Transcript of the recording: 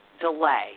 delay